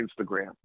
Instagram